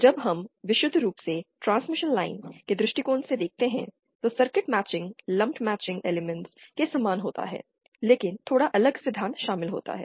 जब हम विशुद्ध रूप से ट्रांसमिशन लाइन के दृष्टिकोण से देखते हैं तो circuit matching lumped matching elements के समान होता है लेकिन थोड़ा अलग सिद्धांत शामिल होते हैं